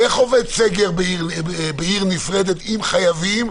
איך עובד סגר בעיר נפרדת, אם חייבים,